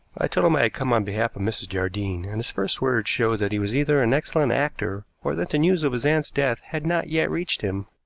i told him i had come on behalf of mrs. jardine, and his first words showed that he was either an excellent actor or that the news of his aunt's death had not yet reached him.